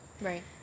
Right